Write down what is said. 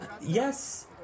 Yes